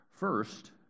First